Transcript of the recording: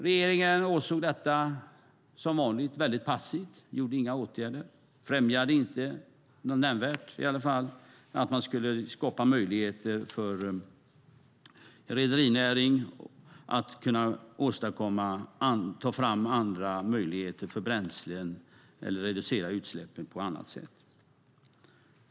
Regeringen åsåg detta som vanligt passivt, vidtog inga åtgärder, främjade åtminstone inte nämnvärt möjligheterna för rederinäringen att ta fram andra bränslen eller reducera utsläppen på annat sätt.